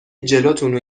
جلوتونو